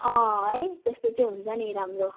अँ है त्यस्तो चाहिँ हुन्छ नि राम्रो